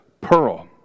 pearl